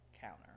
counter